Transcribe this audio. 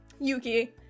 Yuki